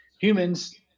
Humans